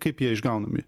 kaip jie išgaunami